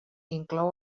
inclou